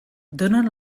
donen